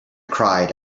cried